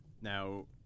Now